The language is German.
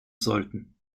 sollten